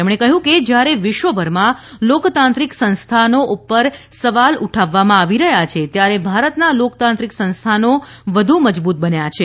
તેમણે કહ્યુ કે જયારે વિશ્વભરમાં લોકતાંત્રિક સંસ્થાઓ ઉપર સવાલ ઉઠાવવામા આવી રહ્યાં છે ત્યારે ભારતના લોકતાંત્રિક સંસ્થાનો વધુ મજબૂત બન્યા છે